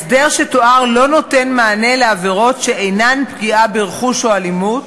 ההסדר שתואר אינו נותן מענה ביחס לעבירות שאינן פגיעה ברכוש או אלימות.